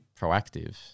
proactive